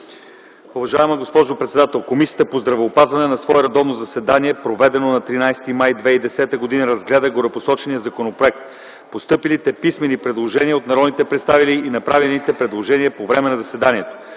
Уважаема госпожо председател, Комисията по здравеопазването, на свое редовно заседание, проведено на 13 май 2010 г., разгледа горепосочения законопроект, постъпилите писмени предложения от народните представители и направените предложения по време на заседанието.